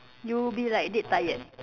you be like dead tired